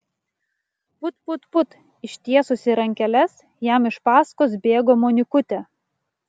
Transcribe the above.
put put put ištiesusi rankeles jam iš paskos bėgo monikutė